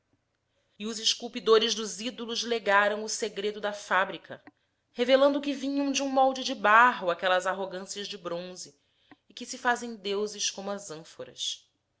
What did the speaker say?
e os esculpidores dos ídolos legaram o segredo da fábrica revelando que vinham de um molde de barro aquelas arrogâncias de bronze que se fazem deuses como as ânforas